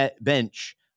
bench